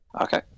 Okay